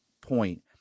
point